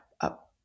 up